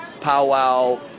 powwow